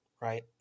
right